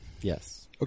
Yes